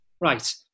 right